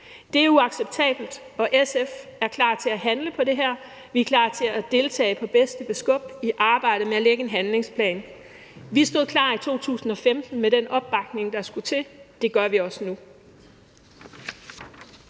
Det er uacceptabelt, og SF er klar til at handle på det her. Vi er klar til at deltage efter bedste evne i arbejdet med at lægge en handlingsplan. Vi stod klar i 2015 med den opbakning, der skulle til. Det gør vi også nu.